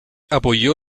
apoyó